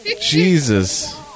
Jesus